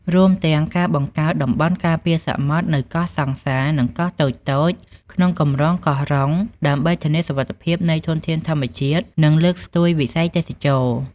រួមទាំងការបង្កើតតំបន់ការពារសមុទ្រនៅកោះសង្សារ និងកោះតូចៗក្នុងកម្រងកោះរុង ដើម្បីធានាសុវត្ថិភាពនៃធនធានធម្មជាតិ និងលើកស្ទួយវិស័យទេសចរណ៍។